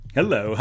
Hello